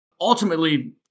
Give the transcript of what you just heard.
Ultimately